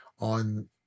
on